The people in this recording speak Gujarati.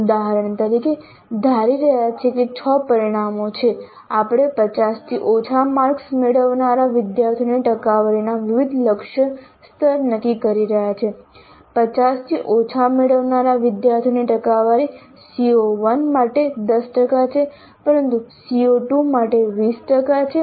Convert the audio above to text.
ઉદાહરણ તરીકે ધારી રહ્યા છીએ કે 6 પરિણામો છે આપણે 50 થી ઓછા માર્ક્સ મેળવનારા વિદ્યાર્થીઓની ટકાવારીના વિવિધ લક્ષ્ય સ્તર નક્કી કરી રહ્યા છીએ 50 થી ઓછા મેળવનારા વિદ્યાર્થીઓની ટકાવારી CO1 માટે 10 ટકા છે પરંતુ CO2 માટે 20 છે